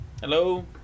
Hello